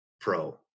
pro